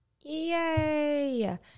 Yay